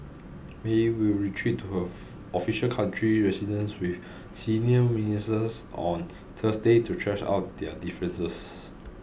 May will retreat to her official country residence with senior ministers on Thursday to thrash out their differences